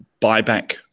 buyback